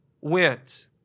went